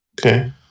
Okay